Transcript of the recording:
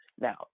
Now